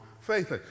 faith